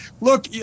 Look